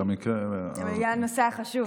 בגלל הנושא החשוב.